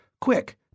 Quick